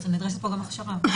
הכשרה.